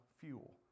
fuel